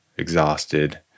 exhausted